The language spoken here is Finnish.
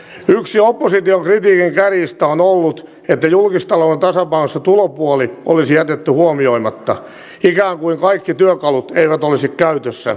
yksi opposition kritiikin kärjistä on ollut että julkistalouden tasapainotuksessa tulopuoli olisi jätetty huomioimatta ikään kuin kaikki työkalut eivät olisi käytössä